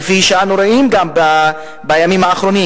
כפי שאנו רואים גם בימים האחרונים,